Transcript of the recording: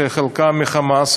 שחלקם מה"חמאס",